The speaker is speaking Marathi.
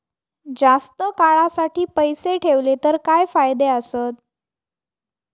जास्त काळासाठी पैसे ठेवले तर काय फायदे आसत?